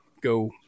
go